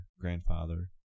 grandfather